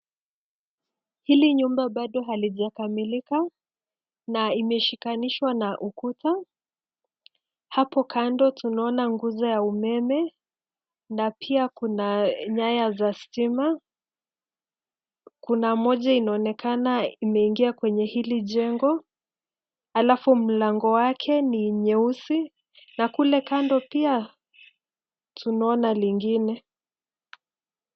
Hili nyumba bado halijakamilika na imeshikanishwa na ukuta. Hapo kando tunaona nguzo ya umeme na pia kuna nyaya za stima. Kuna moja inaonekana imeingia kwenye hili jengo, alafu mlango wake ni nyeusi na kule kando pia, tunaona lingine.